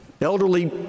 elderly